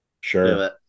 Sure